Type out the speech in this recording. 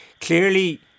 clearly